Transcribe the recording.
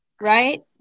right